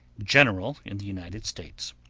general in the united states.